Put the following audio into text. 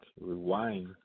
rewind